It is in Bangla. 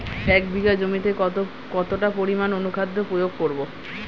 এক বিঘা জমিতে কতটা পরিমাণ অনুখাদ্য প্রয়োগ করব?